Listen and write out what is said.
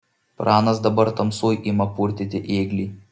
pranas dabar tamsoj ima purtyti ėglį